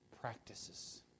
practices